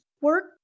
work